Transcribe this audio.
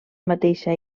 mateixa